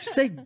Say